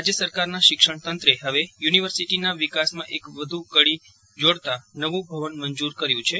રાજ્ય સરકારના શિક્ષણ તંત્રે હવે યુનિવર્સિટીના વિકાસમાં એક વધુ કડી જોડતાં નવું ભવન મંજૂર કર્યું છે